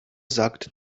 sagt